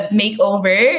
makeover